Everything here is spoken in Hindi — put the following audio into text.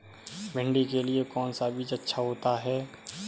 भिंडी के लिए कौन सा बीज अच्छा होता है?